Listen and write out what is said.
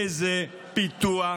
איזה פיתוח,